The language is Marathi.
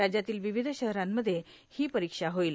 राज्यातील विविध शहरांमध्ये ही परीक्षा होईल